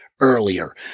earlier